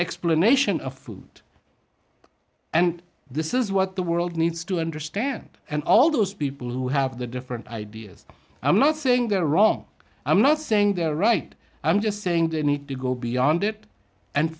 explanation of food and this is what the world needs to understand and all those people who have the different ideas i'm not saying they're wrong i'm not saying they're right i'm just saying they need to go beyond it and